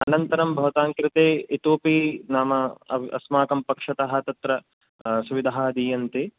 अनन्तरं भवतां कृते इतोऽपि नाम अ अस्माकं पक्षतः तत्र सुविधाः दियन्ते